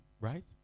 right